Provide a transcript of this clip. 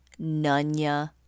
Nunya